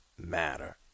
matter